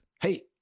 Hey